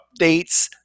updates